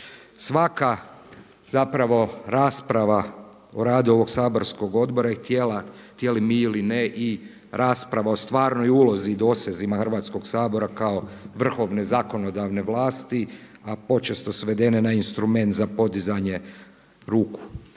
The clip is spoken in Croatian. Svaka zapravo rasprava o radu ovog saborskog odbora i tijela htjeli mi ili ne i rasprava o stvarnoj ulozi i dosezima Hrvatskog sabora kao vrhovne zakonodavne vlasti, a počesto svedene na instrument za podizanje ruku.